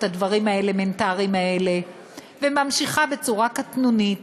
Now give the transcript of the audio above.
הדברים האלמנטריים האלה וממשיכה בצורה קטנונית